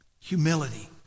humility